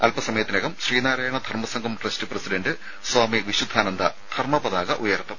അല്പസമയത്തിനകം Sreenarayana Dharmasangham trust president Swami Vishuddhananda ധർമ്മ പതാക ഉയർത്തും